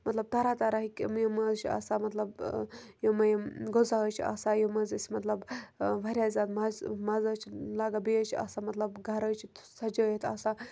مطلب طرح طرح ہِکۍ یِم یِم حظ چھِ آسان مطلب یِمہٕ یِم غذا حظ چھِ آسان یِم حظ أسۍ مطلب واریاہ زیادٕ مَزٕ مَزٕ حظ چھِ لَگان بیٚیہِ حظ چھِ آسان مطلب گرٕ حظ چھِ سَجٲیِتھ آسان